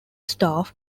staff